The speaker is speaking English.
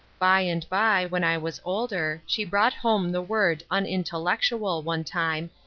by and by, when i was older, she brought home the word unintellectual, one time,